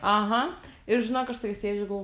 aha ir žinok aš su juo sėdžiu ir galvo